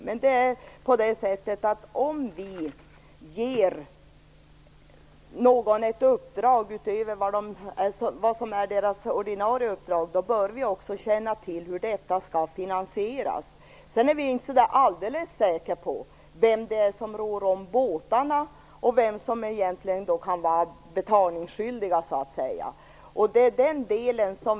Men om vi ger någon myndighet ett uppdrag utöver vad som ingår i dess ordinarie uppdrag, bör vi också känna till hur det skall finansieras. Vi är inte heller alldeles säkra på vem som rår om båtarna och vem som egentligen kan vara betalningsskyldig.